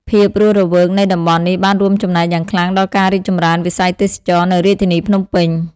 ភាពរស់រវើកនៃតំបន់នេះបានរួមចំណែកយ៉ាងខ្លាំងដល់ការរីកចម្រើនវិស័យទេសចរណ៍នៅរាជធានីភ្នំពេញ។